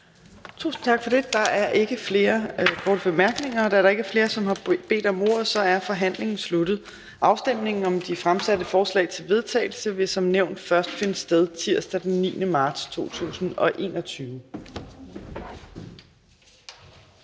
bemærkninger. Da der ikke er flere, som har bedt om ordet, er forhandlingen sluttet. Afstemning om de fremsatte forslag til vedtagelse vil som nævnt først finde sted tirsdag den 9. marts 2021.